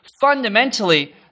fundamentally